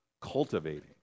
cultivating